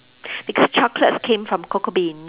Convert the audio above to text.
because chocolates came from cocoa bean